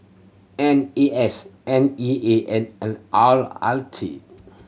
N A S N E A and L R R T